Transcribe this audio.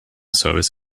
service